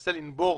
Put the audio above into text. מנסה לנבור